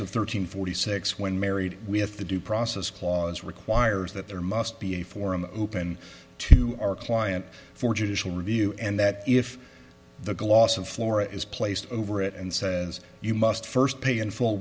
of thirteen forty six when married we have the due process clause requires that there must be a forum open to our client for judicial review and that if the gloss of flora is placed over it and says you must first pay in f